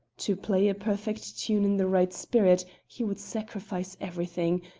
to play a perfect tune in the right spirit he would sacrifice everything,